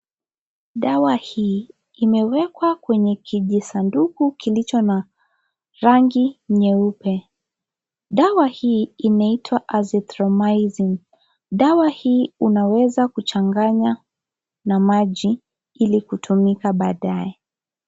Dawa hii imewekwa kwenye kijisanduku kilicho na rangi nyeupe. Dawa hii inaitwa Azithromycin. Dawa hii unaweza kuchanganya na maji ili kutumika baadaye.